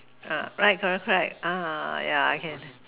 err right correct correct ah yeah I can